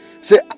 Say